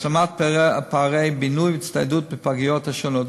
השלמת פערי בינוי והצטיידות בפגיות השונות.